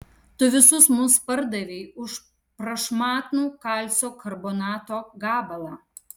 tu visus mus pardavei už prašmatnų kalcio karbonato gabalą